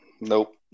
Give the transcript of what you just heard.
Nope